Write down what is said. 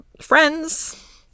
friends